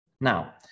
Now